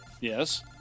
Yes